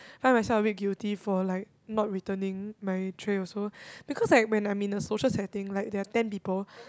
find myself a bit guilty for like not returning my tray also because like when I'm in a social setting like there are ten people